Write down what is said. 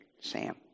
Sam